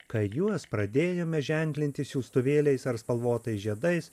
kai juos pradėjome ženklinti siųstuvėliais ar spalvotais žiedais